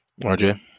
RJ